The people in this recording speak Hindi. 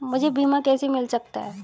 मुझे बीमा कैसे मिल सकता है?